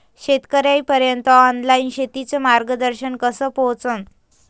शेतकर्याइपर्यंत ऑनलाईन शेतीचं मार्गदर्शन कस पोहोचन?